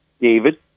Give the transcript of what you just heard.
David